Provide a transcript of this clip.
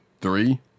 three